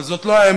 אבל זאת לא האמת.